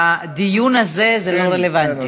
בדיון הזה זה לא רלוונטי.